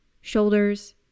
shoulders